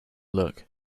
look